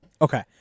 Okay